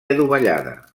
adovellada